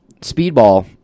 Speedball